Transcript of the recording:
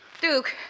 Duke